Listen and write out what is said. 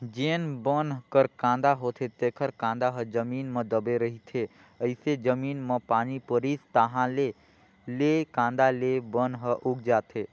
जेन बन कर कांदा होथे तेखर कांदा ह जमीन म दबे रहिथे, जइसे जमीन म पानी परिस ताहाँले ले कांदा ले बन ह उग जाथे